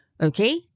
okay